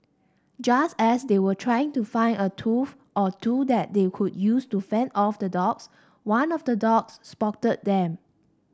just as they were trying to find a tool or two that they could use to fend off the dogs one of the dogs spotted them